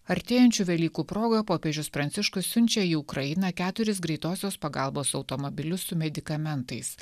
artėjančių velykų proga popiežius pranciškus siunčia į ukrainą keturis greitosios pagalbos automobilius su medikamentais